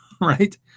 Right